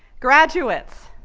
graduates,